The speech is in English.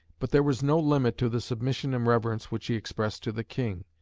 but there was no limit to the submission and reverence which he expressed to the king,